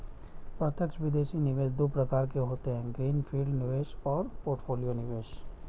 प्रत्यक्ष विदेशी निवेश दो प्रकार के होते है ग्रीन फील्ड निवेश और पोर्टफोलियो निवेश